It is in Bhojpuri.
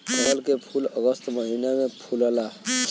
कमल के फूल अगस्त महिना में फुलला